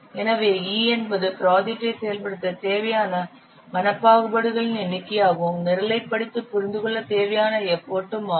எனவே E என்பது ப்ராஜெக்ட்டை செயல்படுத்த தேவையான மன பாகுபாடுகளின் எண்ணிக்கையும் நிரலைப் படித்து புரிந்துகொள்ள தேவையான எஃபர்ட்டும் ஆகும்